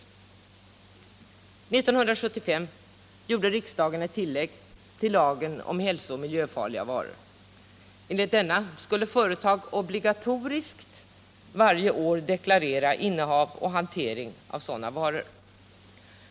1975 gjorde riksdagen ett tillägg till lagen om hälsooch miljöfarliga varor. Enligt detta skulle företag obligatoriskt varje år deklarera innehav och hantering av sådana varor.